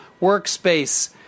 workspace